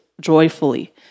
joyfully